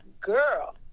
girl